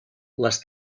les